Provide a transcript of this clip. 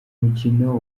mukino